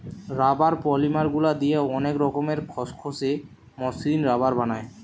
rubber polymer গুলা দিয়ে অনেক রকমের খসখসে, মসৃণ রাবার বানায়